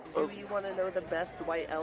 you want to know the best white